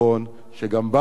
שגם בה אני חבר,